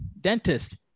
Dentist